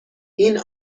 این